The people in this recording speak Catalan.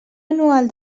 anual